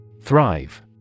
Thrive